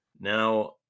now